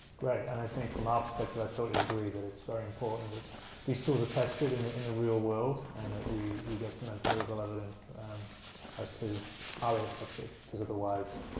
great! and i think from our perspective i totally agree that it's very important that these tools are tested in the in the real world and that we would get some empirical evidence as to are they effective because otherwise,